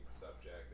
subject